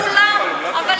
לא כולם, אבל יש כאלה.